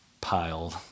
piled